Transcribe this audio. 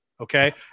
Okay